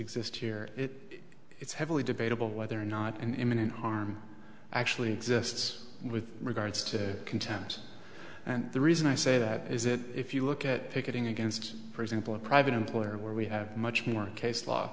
exist here it is heavily debatable whether or not an imminent harm actually exists with regards to content and the reason i say that is it if you look at picketing against for example a private employer where we have much more case law